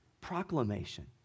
proclamation